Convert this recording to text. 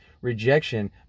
rejection